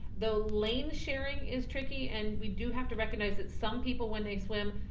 though lane sharing is tricky and we do have to recognize that some people when they swim,